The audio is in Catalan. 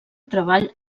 treball